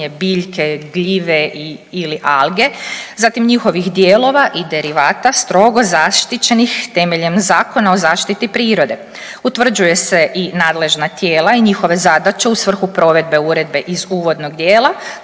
biljke, gljive ili alge, zatim njihovih dijelova i derivata strogo zaštićenih temeljem Zakona o zaštiti prirode. Utvrđuje se i nadležna tijela i njihove zadaće u svrhu provedbe uredbe iz uvodnog dijela,